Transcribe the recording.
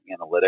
analytics